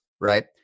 right